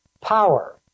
power